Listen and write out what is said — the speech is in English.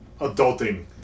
adulting